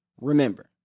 remember